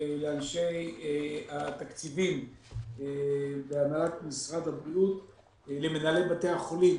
לאנשי התקציבים בהנהלת משרד הבריאות; למנהלי בתי החולים